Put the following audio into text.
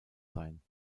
sein